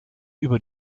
über